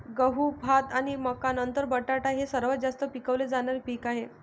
गहू, भात आणि मका नंतर बटाटा हे सर्वात जास्त पिकवले जाणारे पीक आहे